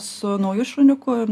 su nauju šuniuku